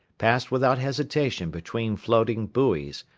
passed without hesitation between floating buoys,